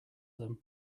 them